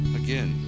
again